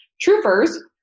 troopers